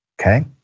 okay